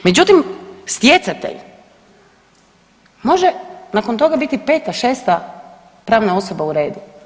Međutim, stjecatelj može nakon toga biti 5, 6 pravna osoba u redu.